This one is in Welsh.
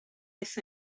fyth